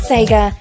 Sega